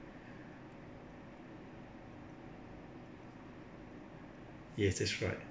yes that's right